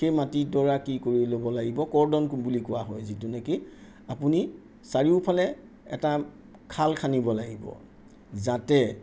সেই মাটিডৰা কি কৰি ল'ব লাগিব কৰদঙ্ক বুলি কোৱা হয় যিটো নেকি আপুনি চাৰিওফালে এটা খাল খান্দিব লাগিব যাতে